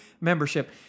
membership